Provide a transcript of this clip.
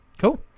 Cool